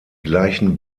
gleichen